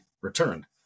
returned